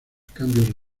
cambios